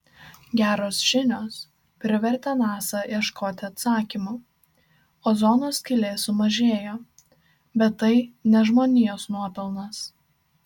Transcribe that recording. geros žinios privertė nasa ieškoti atsakymų ozono skylė sumažėjo bet tai ne žmonijos nuopelnas